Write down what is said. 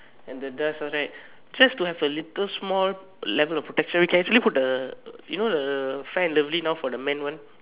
and the dust right just to have a little small level of protection we can actually put the you know the fair & lovely now for the man one